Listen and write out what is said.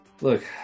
look